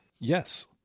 yes